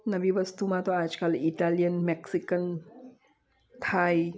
નવી વસ્તુમાં તો આજકાલ ઇટાલિયન મેક્સિકન થાઈ